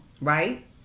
right